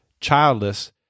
childless